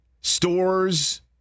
Stores